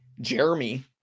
Jeremy